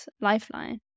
lifeline